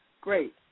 Great